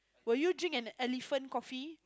will you drink an elephant coffee